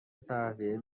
تهویه